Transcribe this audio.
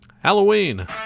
halloween